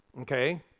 okay